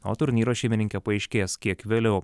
o turnyro šeimininkė paaiškės kiek vėliau